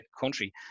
country